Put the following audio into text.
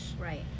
Right